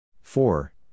four